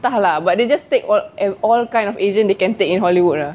entah lah but they just take all and all kind of asian they can take in hollywood lah